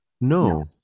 no